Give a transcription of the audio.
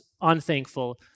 unthankful